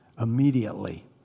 immediately